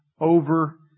over